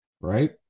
right